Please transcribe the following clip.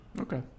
Okay